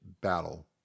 battle